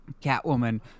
Catwoman